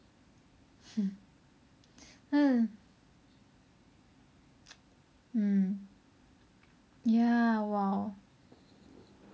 mm mm ya !wow!